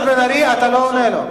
אתה לא עונה לו.